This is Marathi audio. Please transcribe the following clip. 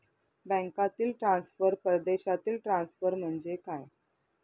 बँकांतील ट्रान्सफर, परदेशातील ट्रान्सफर म्हणजे काय?